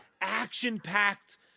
action-packed